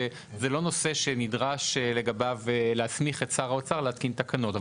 שזהו לא נושא שנדרש להסמיך את שר האוצר להתקין תקנות לגביו,